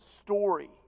story